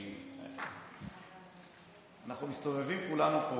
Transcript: כי אנחנו מסתובבים פה כולנו,